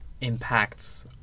impacts